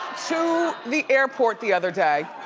to the airport the other day.